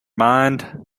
mind